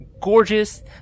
gorgeous